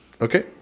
Okay